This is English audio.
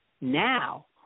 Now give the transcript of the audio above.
Now